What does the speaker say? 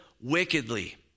wickedly